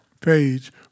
page